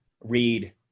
read